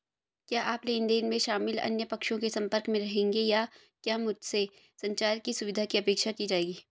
क्या आप लेन देन में शामिल अन्य पक्षों के संपर्क में रहेंगे या क्या मुझसे संचार की सुविधा की अपेक्षा की जाएगी?